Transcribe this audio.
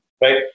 right